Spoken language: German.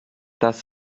das